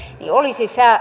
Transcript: olisi